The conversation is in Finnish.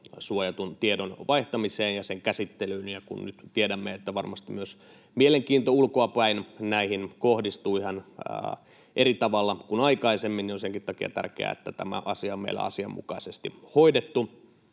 tietosuojatun tiedon vaihtamiseen ja sen käsittelyyn. Ja kun nyt tiedämme, että varmasti näihin kohdistuu mielenkiinto myös ulkoapäin ihan eri tavalla kuin aikaisemmin, on senkin takia tärkeää, että tämä asia on meillä asianmukaisesti hoidettu.